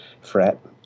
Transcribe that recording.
fret